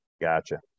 Gotcha